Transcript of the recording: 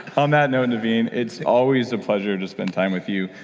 on that note, naveen it's always a pleasure to spend time with you.